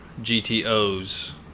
GTOs